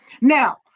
Now